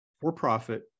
for-profit